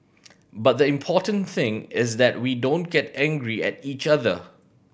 but the important thing is that we don't get angry at each other